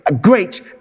great